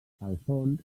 alfons